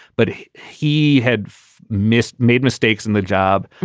but he had missed made mistakes in the job.